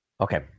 okay